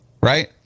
right